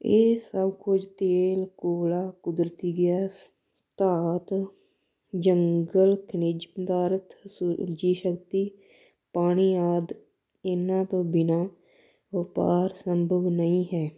ਇਹ ਸਭ ਕੁਝ ਤੇਲ ਕੋਲਾ ਕੁਦਰਤੀ ਗੈਸ ਧਾਤ ਜੰਗਲ ਖਨਿਜ ਪਦਾਰਥ ਸੂਰਜੀ ਸ਼ਕਤੀ ਪਾਣੀ ਆਦਿ ਇਹਨਾਂ ਤੋਂ ਬਿਨਾਂ ਵਪਾਰ ਸੰਭਵ ਨਹੀਂ ਹੈ